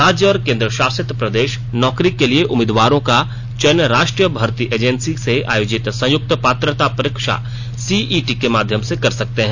राज्य और केंद्र शासित प्रदेश नौकरी के लिए उम्मीदवारों का चयन राष्ट्रीय भर्ती एजेंसी से आयोजित संयुक्त पात्रता परीक्षा सीईटी के माध्यम से कर सकते हैं